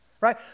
right